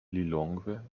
lilongwe